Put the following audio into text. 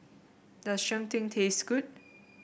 does Cheng Tng taste good